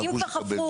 אם כבר חפרו.